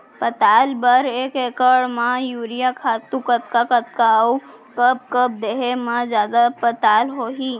पताल बर एक एकड़ म यूरिया खातू कतका कतका अऊ कब कब देहे म जादा पताल होही?